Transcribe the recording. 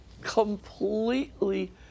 completely